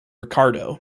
ricardo